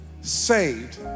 Saved